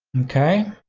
okay?